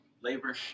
labor